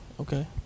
okay